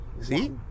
See